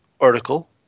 article